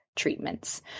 Treatments